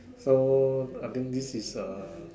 so I think this is a